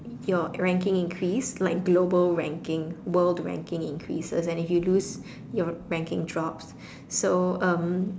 your ranking increase like global ranking world ranking increases and if you lose you ranking drops so um